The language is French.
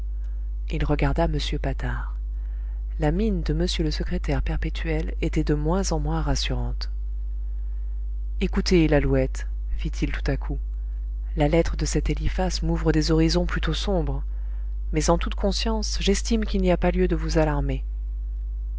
il regarda m patard la mine de m le secrétaire perpétuel était de moins en moins rassurante écoutez lalouette fit-il tout à coup la lettre de cet eliphas m'ouvre des horizons plutôt sombres mais en toute conscience j'estime qu'il n'y a pas lieu de vous alarmer